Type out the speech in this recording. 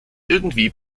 irgendwie